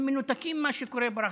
הם מנותקים מה שקורה ברחוב.